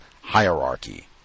hierarchy